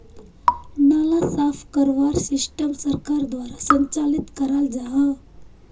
नाला साफ करवार सिस्टम सरकार द्वारा संचालित कराल जहा?